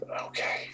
Okay